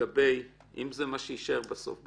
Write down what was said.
לגבי אם זה מה שיישאר בסוף בחוק,